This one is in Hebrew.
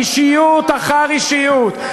אישיות אחר אישיות,